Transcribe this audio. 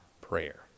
prayer